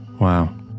Wow